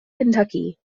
kentucky